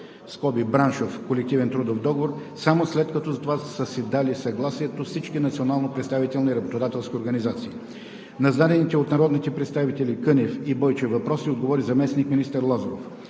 отраслов/браншов колективен трудов договор само след като за това са си дали съгласието всички национално представителни работодателски организации. На зададените от народните представители Петър Кънев и Жельо Бойчев въпроси отговори заместник-министър Лазаров.